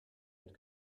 had